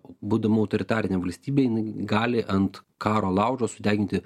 būdama autoritarinė valstybė jinai gali ant karo laužo sudeginti